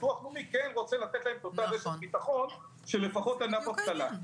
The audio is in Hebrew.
וביטוח לאומי רוצה לתת להם את אותה רשת ביטחון של לפחות ענף אבטלה.